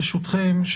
ברשותכם,